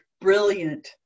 brilliant